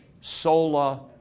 sola